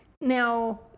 Now